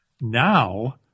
Now